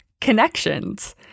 connections